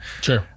Sure